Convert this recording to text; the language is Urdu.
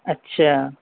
اچھا